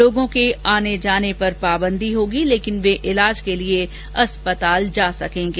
लोगों के आने जाने पर पाबंदी होगी लेकिन वे इलाज के लिए अस्पताल जा सकेंगे